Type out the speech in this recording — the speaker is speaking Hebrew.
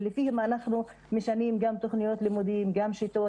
ולפיהם אנחנו משנים תוכניות לימודים וגם שיטות.